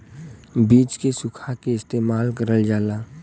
बीज के सुखा के इस्तेमाल करल जाला